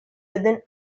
within